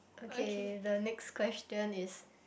okay the next question is